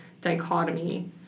dichotomy